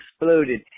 exploded